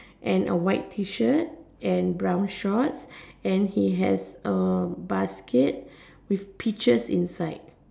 and a white T shirt and brown shorts and he has a baskets with peaches inside